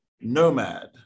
nomad